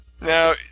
Now